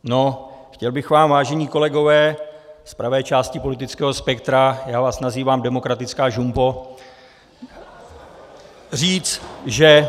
No, chtěl bych vám, vážení kolegové z pravé části politického spektra já vás nazývám demokratická žumpo říct že .